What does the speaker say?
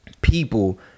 people